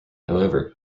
however